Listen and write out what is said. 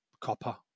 copper